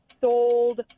sold